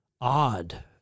odd